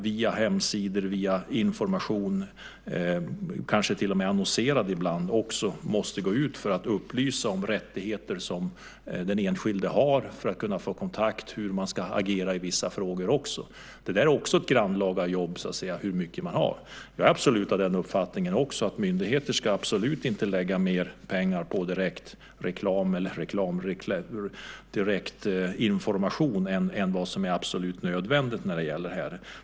Via hemsidor och information, kanske till och med annonserad ibland, måste man ibland gå ut och upplysa om vilka rättigheter den enskilde har, hur man får kontakt och hur man ska agera i vissa frågor. Det är också ett grannlaga jobb. Jag är av den uppfattningen att myndigheter inte ska lägga mer pengar på direktreklam eller direktinformation än vad som är absolut nödvändigt.